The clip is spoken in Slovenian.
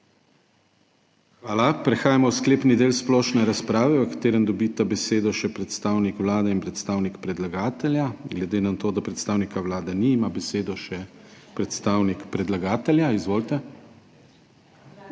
Hvala. Prehajamo v sklepni del splošne razprave, v katerem dobita besedo še predstavnik Vlade in predstavnik predlagatelja. Glede na to, da predstavnika Vlade ni, ima besedo še predstavnik predlagatelja. Izvolite,